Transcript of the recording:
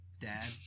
Dad